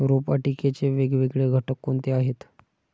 रोपवाटिकेचे वेगवेगळे घटक कोणते आहेत?